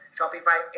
Shopify